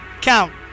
Count